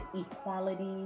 equality